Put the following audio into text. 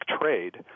trade